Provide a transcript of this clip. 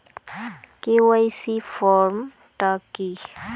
KYC form টা কি?